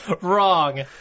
wrong